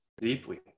deeply